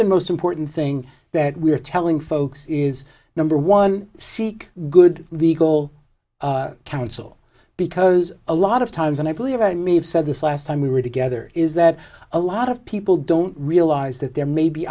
and most important thing that we're telling folks is number one seek good legal counsel because a lot of times and i believe i may have said this last time we were together is that a lot of people don't realize that there may be